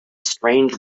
strange